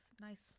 nice